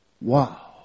Wow